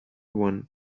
one